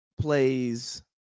plays